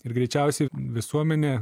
ir greičiausiai visuomenė